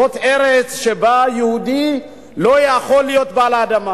זאת ארץ שבה יהודי לא יכול להיות בעל אדמה.